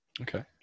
Okay